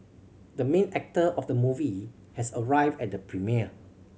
the main actor of the movie has arrived at the premiere